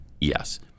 Yes